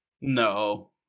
no